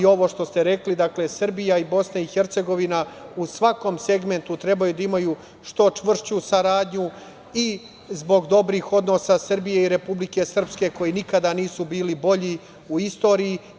Ovo što ste rekli, dakle, Srbija i BiH u svakom segmentu trebaju da imaju što čvršću saradnju zbog dobrih odnosa Srbije i Republike Srpske koji nikada nisu bili bolji u istoriji.